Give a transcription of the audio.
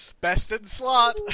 Best-in-slot